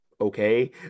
okay